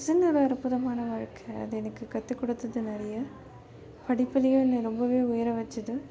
ஜின் ஒரு அற்புதமான வாழ்க்கை அது எனக்கு கற்றுக் கொடுத்துது நிறைய படிப்புலேயும் என்னை ரொம்பவே உயர வைச்சுது